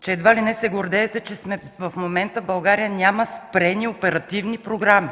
че едва ли не се гордеете, че в момента България няма спрени оперативни програми.